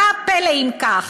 מה הפלא, אם כך,